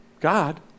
God